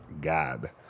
God